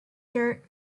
dirt